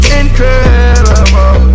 incredible